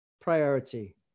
priority